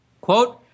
Quote